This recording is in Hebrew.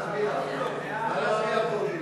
ההצעה להעביר את הצעת חוק המאבק בתופעת השימוש